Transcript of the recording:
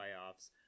playoffs